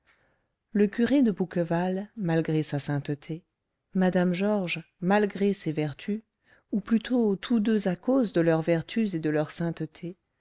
le curé de bouqueval malgré sa sainteté mme georges malgré ses vertus ou plutôt tous deux à cause de leurs vertus et de leur sainteté